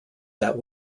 that